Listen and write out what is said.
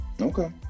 Okay